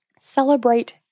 Celebrate